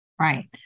Right